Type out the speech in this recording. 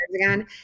again